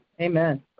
Amen